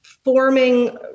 forming